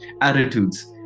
attitudes